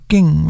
King